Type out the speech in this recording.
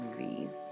movies